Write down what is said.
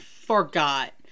forgot